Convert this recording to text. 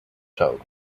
togo